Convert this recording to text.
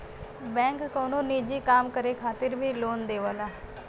bank कउनो निजी काम करे खातिर भी लोन देवला